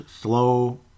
slow